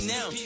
Now